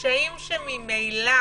קשיים שממילא